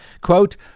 Quote